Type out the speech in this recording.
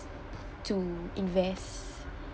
to invest